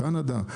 קנדה,